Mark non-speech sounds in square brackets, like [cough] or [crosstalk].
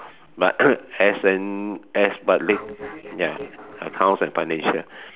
but [coughs] as as ya accounts and financial